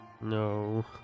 No